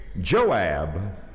Joab